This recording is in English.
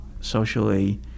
socially